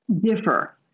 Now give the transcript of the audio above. differ